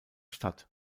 statt